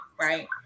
right